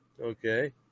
okay